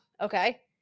Okay